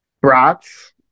brats